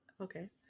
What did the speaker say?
Okay